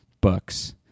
books